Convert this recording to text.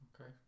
Okay